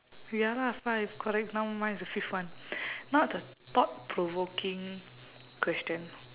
ya lah five correct now mine is the fifth one now it's a thought provoking question